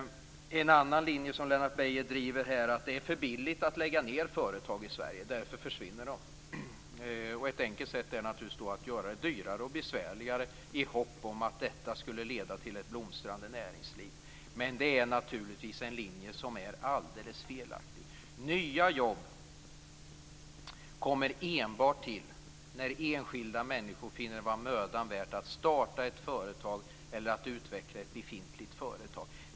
En annan linje som Lennart Beijer driver är att det är för billigt att lägga ned företag i Sverige och därför försvinner de. Ett enkelt sätt är då naturligtvis att göra det dyrare och besvärligare, i hopp om att detta skulle leda till ett blomstrande näringsliv. Det är naturligtvis en linje som är alldeles felaktig. Nya jobb kommer enbart till när enskilda människor finner det vara mödan värt att starta ett företag eller utveckla ett befintligt.